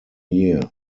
year